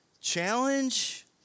challenge